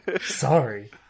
Sorry